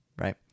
right